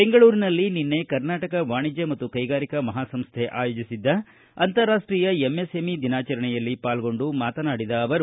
ಬೆಂಗಳೂರಿನಲ್ಲಿ ನಿನ್ನೆ ಕರ್ನಾಟಕ ವಾಣಿಜ್ಯ ಮತ್ತು ಕೈಗಾರಿಕಾ ಮಹಾಸಂಸ್ಥೆ ಆಯೋಜಿಸಿದ್ದ ಅಂತರಾಷ್ಟೀಯ ಎಮ್ಎಸ್ಎಂಇ ದಿನಾಚರಣೆಯಲ್ಲಿ ಪಾಲ್ಗೊಂಡು ಮಾತನಾಡಿದ ಅವರು